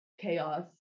chaos